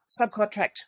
subcontract